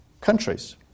countries